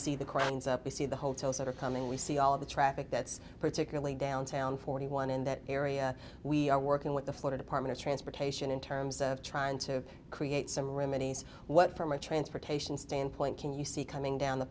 see the crown's up you see the hotels that are coming we see all of the traffic that's particularly downtown forty one in that area we are working with the photo department of transportation in terms of trying to create some remedies what from a transportation standpoint can you see coming down the